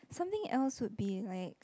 something else would be like